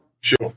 Sure